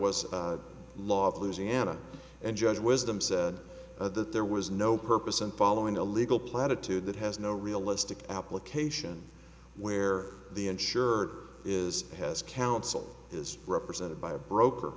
was a law of louisiana and judge wisdom said that there was no purpose in following a legal platitude that has no realistic application where the insured is has counsel is represented by a broker